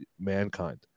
mankind